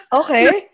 okay